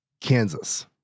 Kansas